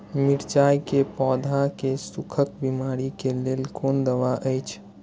मिरचाई के पौधा के सुखक बिमारी के लेल कोन दवा अछि?